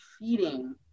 feeding